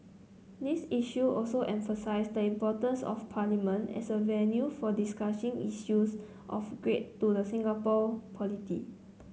these issue also emphasise the importance of Parliament as a venue for discussing issues of great to the Singaporean polity